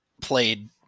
played